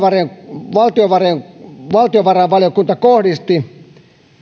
valtiovarainvaliokunta valtiovarainvaliokunta kohdisti